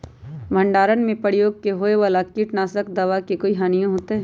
भंडारण में प्रयोग होए वाला किट नाशक दवा से कोई हानियों होतै?